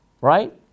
right